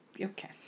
okay